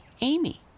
Amy